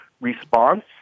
response